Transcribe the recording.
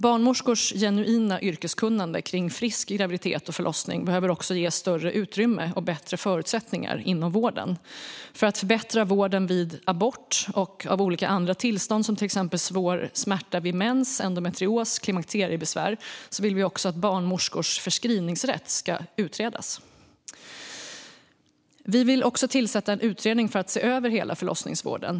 Barnmorskors genuina yrkeskunnande kring frisk graviditet och förlossning behöver också ges större utrymme och bättre förutsättningar inom vården. För att förbättra vården vid abort och av olika andra tillstånd som till exempel svår smärta vid mens, endometrios och klimakteriebesvär vill vi också att barnmorskors förskrivningsrätt ska utredas. Vi vill också tillsätta en utredning för att se över hela förlossningsvården.